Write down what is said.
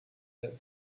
that